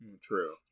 True